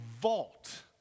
vault